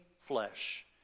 flesh